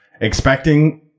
expecting